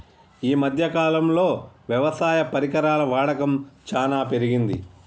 ఈ మధ్య కాలం లో వ్యవసాయ పరికరాల వాడకం చానా పెరిగింది